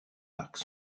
arcs